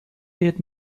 geht